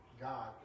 God